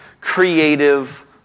creative